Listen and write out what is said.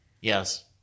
Yes